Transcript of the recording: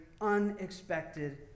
unexpected